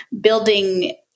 building